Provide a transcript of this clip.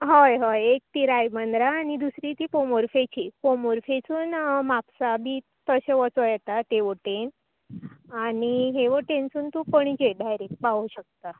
हय हय एक ती रायबंद्रा आनी दुसरी ती पोमुफेची पोमुफेसून म्हापसां बी तशें वचो येता तेवटेन आनी हे वटेनसून तूं पणजे डायरेक्ट पावू शकता